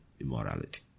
immorality